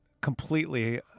completely